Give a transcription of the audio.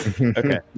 Okay